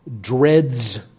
dreads